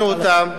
האחרונה,